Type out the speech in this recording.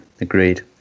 agreed